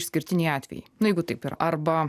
išskirtiniai atvejai nu jeigu taip yra arba